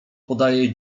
podaje